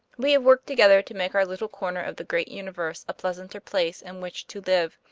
we have worked together to make our little corner of the great universe a pleasanter place in which to live,